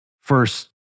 first